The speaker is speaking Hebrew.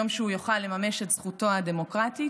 יום שהוא יוכל לממש את זכותו הדמוקרטית.